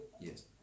yes